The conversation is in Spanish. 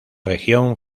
región